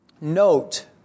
note